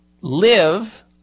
live